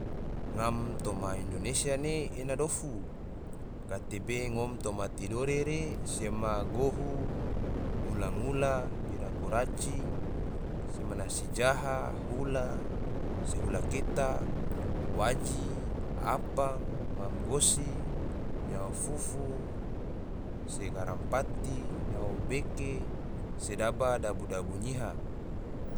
Ngam toma indonesia ne, ena dofu, gatebe ngom toma tidore re, sema gohu, ngula-ngula, bira kuraci, sema nasi jaha, hula, se hula keta, waji, apang, mam gosi, nyao fufu, se garampati, nyao beke, sedaba dabu-dabu nyiha